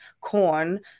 corn